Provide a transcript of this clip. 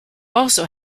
also